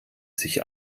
sich